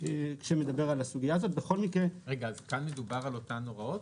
כאן מדובר על אותן הוראות?